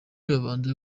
nibabanze